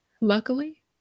luckily